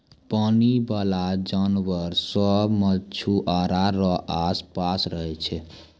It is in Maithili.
पानी बाला जानवर सोस मछुआरा रो आस पास रहै छै